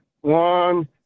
one